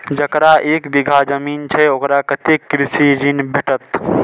जकरा एक बिघा जमीन छै औकरा कतेक कृषि ऋण भेटत?